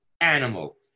animal